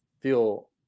Feel